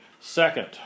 second